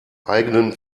eigenen